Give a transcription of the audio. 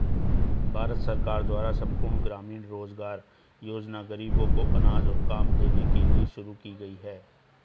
भारत सरकार द्वारा संपूर्ण ग्रामीण रोजगार योजना ग़रीबों को अनाज और काम देने के लिए शुरू की गई है